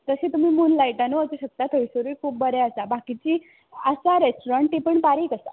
तशें तुमी मुनलायटानूय वचों शकता थंयसरूय खूब बरें आसा बाकिचीं आसा रॅस्ट्रॉण तीं पूण बारीक आसा